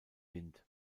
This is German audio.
wind